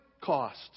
cost